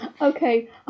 Okay